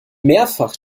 mehrfach